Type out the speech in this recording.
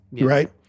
right